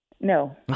No